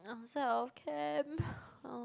outside of camp